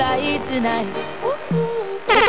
tonight